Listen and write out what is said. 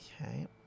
Okay